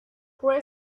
cree